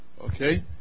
okay